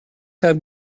have